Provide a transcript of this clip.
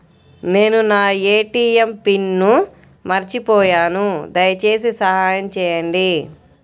నేను నా ATM pin మర్చిపోయాను దయచేసి సహాయం చేయండి